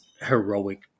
heroic